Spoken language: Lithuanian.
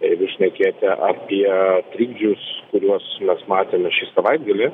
jeigu šnekėti apie trikdžius kuriuos mes matėme šį savaitgalį